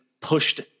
pushed